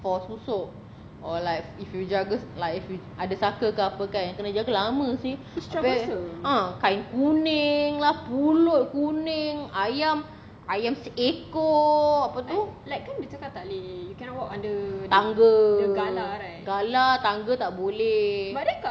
for susuk or like if you jaga like if you ada saka ke apa kan kena jaga lama seh ha kain kuning lah pulut kuning ayam ayam seekor so apa tu tangga galah tangga tak boleh